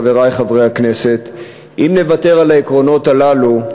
חברי חברי הכנסת: אם נוותר על העקרונות הללו,